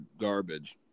garbage